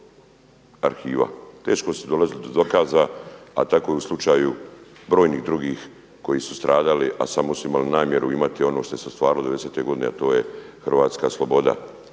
arhiva, teško su dolazili do dokaza, a tako je i slučaju brojnih drugih koji su stradali, a samo su imali namjeru imati ono što su ostvarilo devedesete godine, a to je hrvatska sloboda.